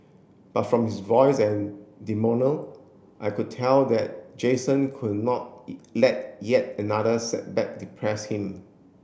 but from his voice and I could tell that Jason could not let yet another setback depress him